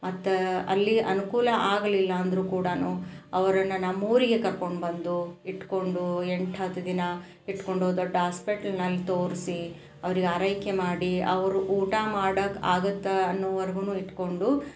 ಮತ್ತೆ ಅಲ್ಲಿ ಅನುಕೂಲ ಆಗಲಿಲ್ಲ ಅಂದರು ಕೂಡ ಅವ್ರನ್ನು ನಮ್ಮೂರಿಗೆ ಕರ್ಕೊಂಡುಬಂದು ಇಟ್ಟುಕೊಂಡು ಎಂಟು ಹತ್ತು ದಿನ ಇಟ್ಟುಕೊಂಡು ದೊಡ್ಡ ಆಸ್ಪೆಟ್ಲ್ನಲ್ಲಿ ತೋರಿಸಿ ಅವ್ರಿಗೆ ಆರೈಕೆ ಮಾಡಿ ಅವರು ಊಟ ಮಾಡಕೆ ಆಗತ್ತೆ ಅನ್ನೋವರ್ಗು ಇಟ್ಟುಕೊಂಡು